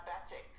diabetic